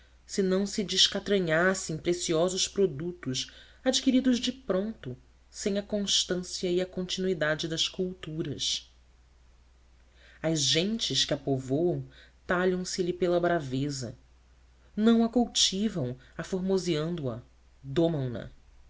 se não se desentranhasse em preciosos produtos adquiridos de pronto sem a constância e a continuidade das culturas as gentes que a povoam talham se lhe pela braveza não a cultivam aformoseando a domam na o